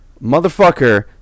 Motherfucker